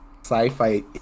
sci-fi